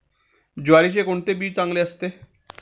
ज्वारीचे कोणते बी चांगले असते?